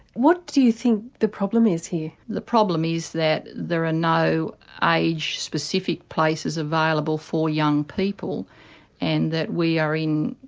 what do you think the problem is here? the problem is that there are no aged specific places available for young people and that we are in,